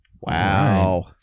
Wow